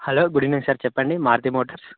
hello good evening sir చెప్పండి Maruti motors